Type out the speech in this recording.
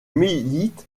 milite